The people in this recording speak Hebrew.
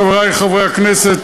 חברי חברי הכנסת,